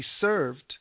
served